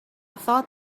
thought